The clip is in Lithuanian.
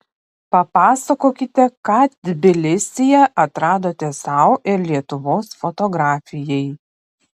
papasakokite ką tbilisyje atradote sau ir lietuvos fotografijai